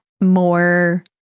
more